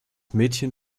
mädchen